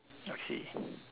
okay